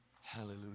Hallelujah